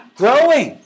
growing